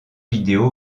vidéo